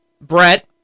Brett